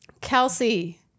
Kelsey